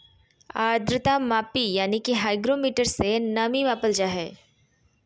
आद्रता मापी यानी कि हाइग्रोमीटर से नमी मापल जा हय